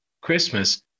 Christmas